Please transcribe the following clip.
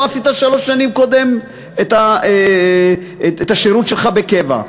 עשית שלוש שנים קודם את השירות שלך בקבע.